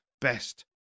best